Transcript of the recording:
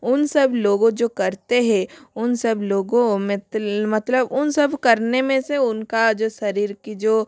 उन सब लोगों जो करते हैं उन सब लोगों मेतल मतलब उन सब करने में से उनका जो शरीर की जो